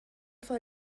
for